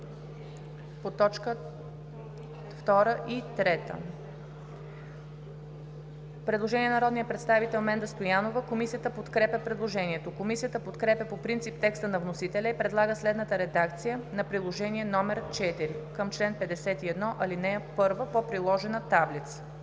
по т. 2 и т. 3. Предложение на народния представител Менда Стоянова. Комисията подкрепя предложението. Комисията подкрепя по принцип текста на вносителя и предлага следната редакция на Приложение № 4, към чл. 51, ал. 1 по приложена таблица.